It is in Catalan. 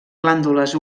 glàndules